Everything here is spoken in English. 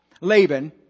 Laban